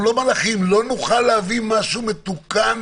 אנחנו לא מלאכים, לא נוכל להביא משהו מתוקן